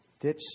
Ditch